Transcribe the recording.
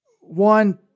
One